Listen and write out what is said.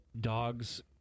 dogs